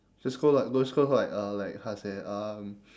just go like just go like uh like how to say um